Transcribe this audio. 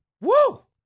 Woo